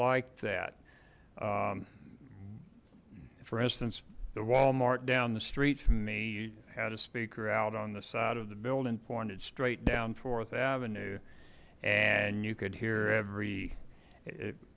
like that for instance the walmart down the street from me how to speak her out on the side of the building pointed straight down th avenue and you could hear every